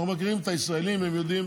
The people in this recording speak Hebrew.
אנחנו מכירים את הישראלים, הם יודעים